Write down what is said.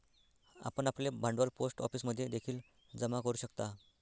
आपण आपले भांडवल पोस्ट ऑफिसमध्ये देखील जमा करू शकता